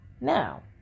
Now